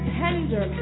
tender